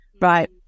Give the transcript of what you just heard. Right